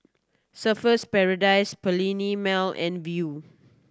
Surfer's Paradise Perllini Mel and Viu